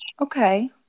Okay